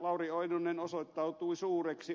lauri oinonen osoittautui suureksi